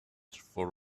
for